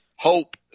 Hope